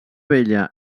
vella